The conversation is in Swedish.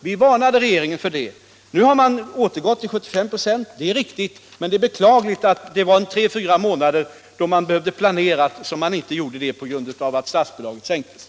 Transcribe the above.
Vi varnade regeringen för detta. Nu har regeringen återgått till 75 26. Det är bra, men det är beklagligt att tre fyra månader gick då man hade behövt planera men inte gjorde det på grund av att statsbidraget sänktes.